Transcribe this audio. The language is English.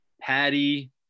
Patty